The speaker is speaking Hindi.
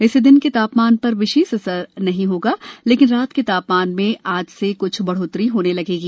इससे दिन के तापमान पर विशेष असर नहीं होगा लेकिन रात के तापमान में आज से क्छ बढ़ोतरी होने लगेगी